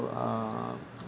uh